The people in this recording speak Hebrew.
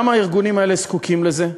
גם הארגונים האלה זקוקים לזה.